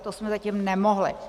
To jsme zatím nemohli.